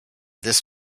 this